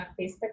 Facebook